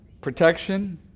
Protection